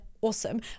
awesome